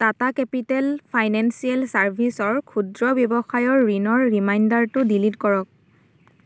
Tata capital financial ছাৰ্ভিচৰ ক্ষুদ্ৰ ৱ্যৱসায়ৰ ঋণৰ ৰিমাইণ্ডাৰটো ডিলিট কৰক